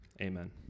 Amen